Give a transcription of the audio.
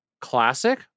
classic